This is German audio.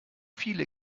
viele